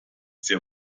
sehr